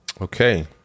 okay